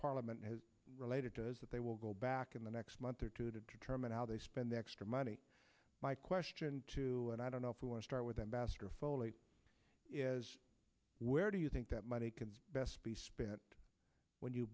parliament has related to is that they will go back in the next month or two to determine how they spend the extra money my question to and i don't know if you will start with ambassador foley where do you think that money can best be spent when you